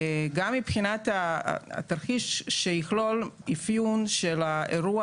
גם מבחינת התרחיש שיכלול אפיון של האירוע